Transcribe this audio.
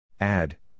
Add